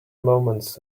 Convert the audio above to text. moments